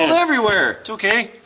and everywhere! it's okay!